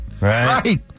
Right